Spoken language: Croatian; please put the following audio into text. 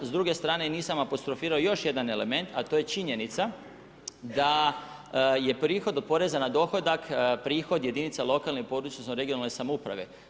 S druge strane, nisam apostrofirao još jedan element, a to je činjenica da je prihod od poreza na dohodak, prihod jedinica lokalne i područne regionalne samouprave.